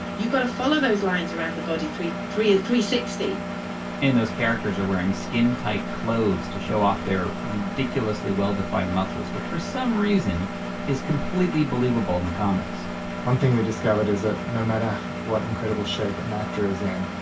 you've got to follow those lines around the body three three sixty and those characters are wearing skin tight clothes to show off their ridiculously well defined muscles which for some reason is completely believable in the comics one thing we discovered is that no matter what incredible shape an actor is in,